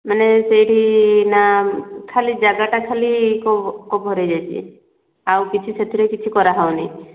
ମାନେ ସେଠି ନା ଖାଲି ଜାଗାଟା ଖାଲି କଭର୍ ହୋଇଯାଇଛି ଆଉ କିଛି ସେଥିରେ କିଛି ସେଥିରେ କରାହେଉନି